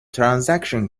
transaction